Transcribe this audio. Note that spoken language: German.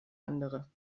andere